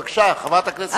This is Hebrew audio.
בבקשה, חברת הכנסת רוחמה.